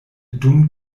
dum